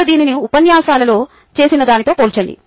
ఇప్పుడు దీనిని ఉపన్యాసాలలో చేసినదానితో పోల్చండి